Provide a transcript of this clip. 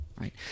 right